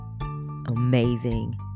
amazing